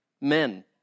men